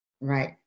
Right